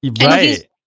Right